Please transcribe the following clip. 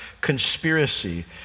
conspiracy